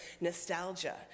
nostalgia